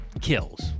Kills